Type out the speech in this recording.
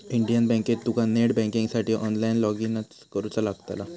Indian बँकेत तुका net बँकिंगसाठी ऑनलाईन लॉगइन करुचा लागतला